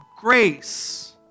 grace